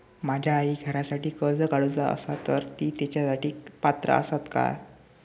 माझ्या आईक घरासाठी कर्ज काढूचा असा तर ती तेच्यासाठी पात्र असात काय?